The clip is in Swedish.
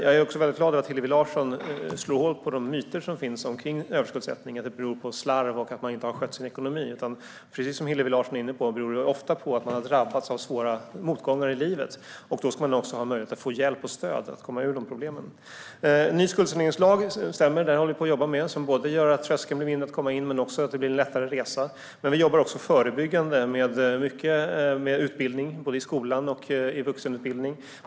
Jag är glad över att Hillevi Larsson slår hål på de myter som finns kring överskuldsättning - att det beror på slarv och att man inte har skött sin ekonomi. Precis som Hillevi Larsson var inne på beror det ofta på att man har drabbats av svåra motgångar i livet. Då ska man ha möjlighet att få hjälp och stöd att komma ur problemen. Det stämmer att vi håller på och jobbar med en ny skuldsaneringslag, som gör både att det blir en lägre tröskel för att komma in och att det blir en lättare resa. Vi jobbar också förebyggande med utbildning, såväl i skolan som inom vuxenutbildningen.